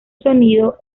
sonido